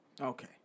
Okay